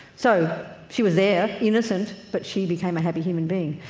so she was there, innocent, but she became a happy human being.